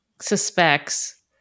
suspects